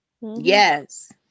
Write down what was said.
Yes